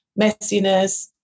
messiness